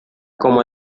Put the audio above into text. como